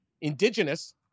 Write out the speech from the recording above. Indigenous